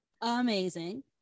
Amazing